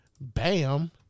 bam